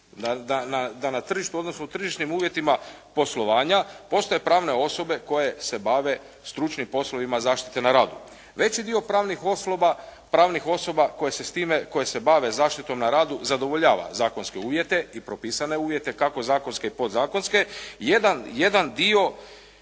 da na tržištu, odnosno u tržišnim uvjetima poslovanja postoje pravne osobe koje se bave stručnim poslovima zaštite na radu. Veći dio pravnih osoba koje se bave zaštitom na radu zadovoljava zakonske uvjete i propisane uvjete kako zakonske i podzakonske, jedan dio